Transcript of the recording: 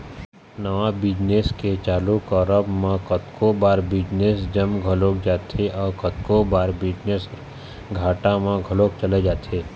नवा बिजनेस के चालू करब म कतको बार बिजनेस जम घलोक जाथे अउ कतको बार बिजनेस ह घाटा म घलोक चले जाथे